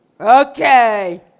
Okay